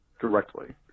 directly